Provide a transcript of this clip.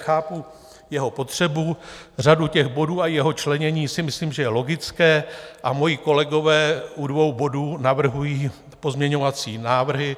Chápu jeho potřebu, řadu těch bodů, jeho členění si myslím, že je logické, a moji kolegové u dvou bodů navrhují pozměňovací návrhy.